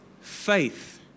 faith